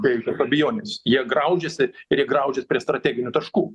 be jokios abejonės jie graužiasi ir jie graužias prie strateginių taškų